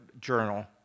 journal